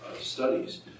studies